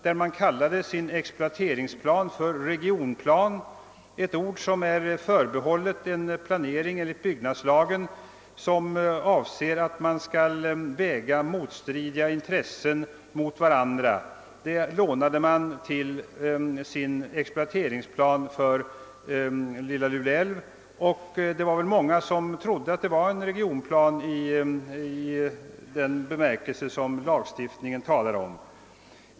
Där kallade Vattenfall sin exploateringsplan för regionplan, ett ord som enligt byggnadslagen är förbehållet en planering, där motstridiga intressen skall kunna vägas mot varandra. Det ordet lånade man för sin exploateringsplan för Lilla Lule älv. Det var många som trodde att det var en regionplan i den bemärkelse som byggnadslagen talar om.